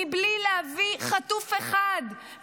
מבלי להביא חטוף אחד,